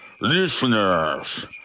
listeners